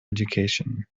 education